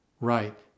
right